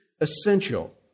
essential